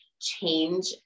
change